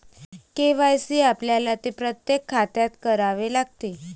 KYC आपल्याला ते प्रत्येक खात्यात करावे लागते